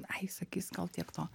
ai sakys gal tiek to